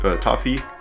toffee